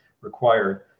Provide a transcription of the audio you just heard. required